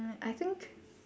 I think